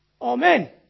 Amen